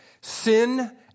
sin